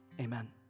Amen